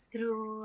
True